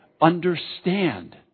Understand